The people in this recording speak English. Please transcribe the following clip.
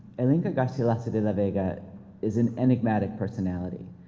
el inca garcilaso de la vega is an enigmatic personality.